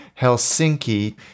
Helsinki